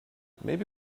maybe